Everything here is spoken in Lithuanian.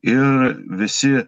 ir visi